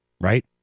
right